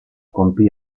compì